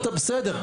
בסדר,